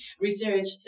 researched